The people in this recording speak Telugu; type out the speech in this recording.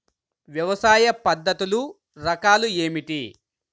వ్యవసాయ పద్ధతులు రకాలు ఏమిటి?